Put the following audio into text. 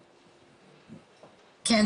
כן,